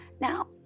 Now